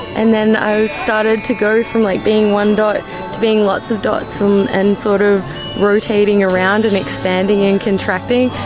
and then i started to go from like being one dot to being lots of dots um and sort of rotating around and expanding and contracting.